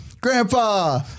Grandpa